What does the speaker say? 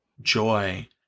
joy